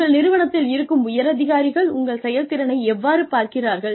உங்கள் நிறுவனத்தில் இருக்கும் உயர் அதிகாரிகள் உங்கள் செயல்திறனை எவ்வாறு பார்க்கிறார்கள்